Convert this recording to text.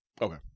Okay